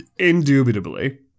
Indubitably